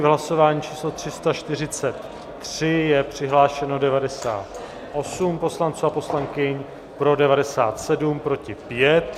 V hlasování číslo 343 je přihlášeno 98 poslanců a poslankyň, pro 97 , proti 5.